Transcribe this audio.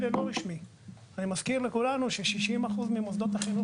אני מזכיר לכולנו ש-60% ממוסדות הלימוד